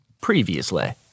Previously